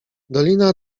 dolina